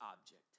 object